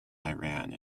iran